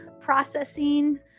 processing